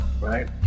right